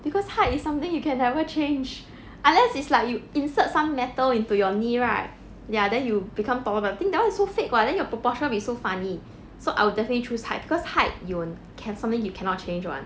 because height it's something you can never change unless it's like you insert some metal into your knee right ya then you become taller but I think that one is so fake [what] then your proportion will be so funny so I would definitely choose height because height you will can something you cannot change [one]